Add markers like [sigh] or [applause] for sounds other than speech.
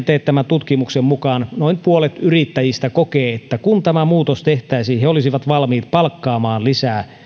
[unintelligible] teettämän tutkimuksen mukaan noin puolet yrittäjistä kokee että kun tämä muutos tehtäisiin he olisivat valmiita palkkaamaan lisää